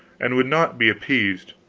and would not be appeased.